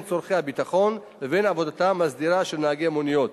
צורכי הביטחון לבין עבודתם הסדירה של נהגי המוניות.